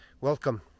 Welcome